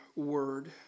Word